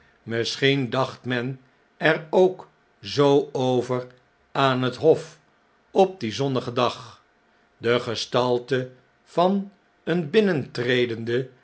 misschien dacht men er ook zoo over aan het hof op dien zonnigen dag de gestalte van een